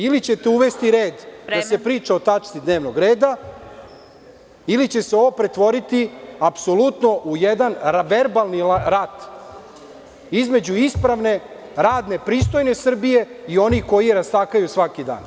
Ili ćete uvesti red da se priča o tački dnevnog reda, ili će se ovo pretvoriti apsolutno u jedan verbalni rat između ispravne, radne pristojne Srbije i onih koji je rastakaju svaki dan.